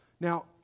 now